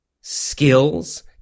skills